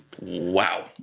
wow